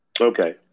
Okay